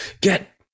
get